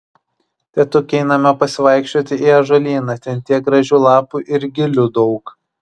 tėtuk einame pasivaikščioti į ąžuolyną ten tiek gražių lapų ir gilių daug